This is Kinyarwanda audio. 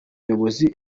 nyobozi